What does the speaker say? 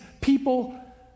people